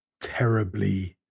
terribly